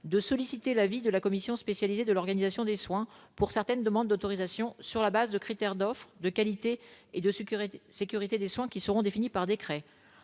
de solliciter l'avis de la commission spécialisée de l'organisation des soins pour certaines demandes d'autorisation sur la base de critères d'offre de qualité et de sécurité, sécurité des soins qui seront définies par décret